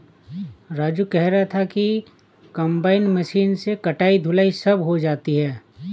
राजू कह रहा था कि कंबाइन मशीन से कटाई धुलाई सब हो जाती है